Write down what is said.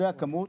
זה הכמות,